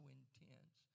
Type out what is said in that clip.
intense